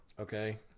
Okay